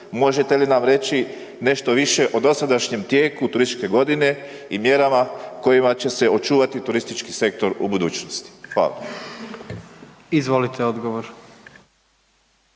možete li nam reći nešto više o dosadašnjem tijeku turističke godine i mjerama kojima će se očuvati turistički sektor u budućnosti? Hvala. **Jandroković,